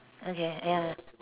okay ya